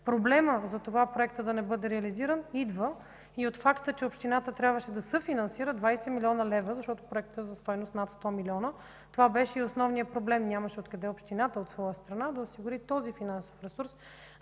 Проблемът проектът да не бъде реализиран идва и от факта, че общината трябваше да съфинансира 20 млн. лв., защото проектът е на стойност над 100 млн. лв. Това беше и основният проблем – нямаше откъде общината да осигури този финансов ресурс